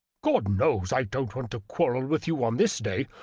god knows i don't want to quarrel with you on this day,